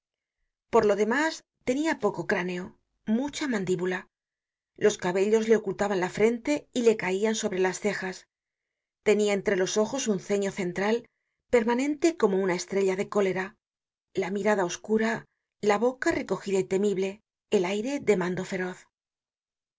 por lo demás tenia poco cráneo mucha mandíbula los cabellos le ocultaban la frente y le caian sobre las cejas tenia entre los ojos un ceño central permanente como una estrella de cólera la mirada oscura la boca recogida y temible el aire de mando feroz